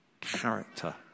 Character